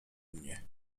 mnie